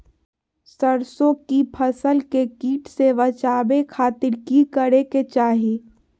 सरसों की फसल के कीट से बचावे खातिर की करे के चाही?